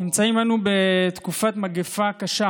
נמצאים אנו בתקופת מגפה קשה